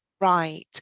right